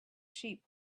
sheep